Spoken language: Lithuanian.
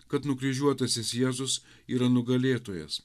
kad nukryžiuotasis jėzus yra nugalėtojas